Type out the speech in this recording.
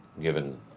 given